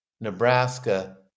Nebraska